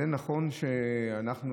זה נכון שאנחנו,